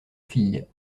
fille